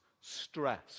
stress